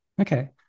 Okay